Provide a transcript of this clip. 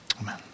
Amen